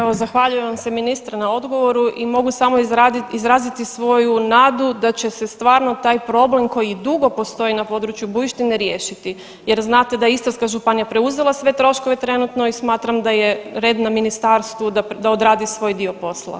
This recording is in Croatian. Evo zahvaljujem vam se ministre na odgovoru i mogu samo izraziti svoju nadu da će se stvarno taj problem koji dugo postoji na području Bujštine riješiti jer znate da je Istarska županija preuzela sve troškove trenutno i smatram da je red na ministarstvu da odradi svoj dio posla.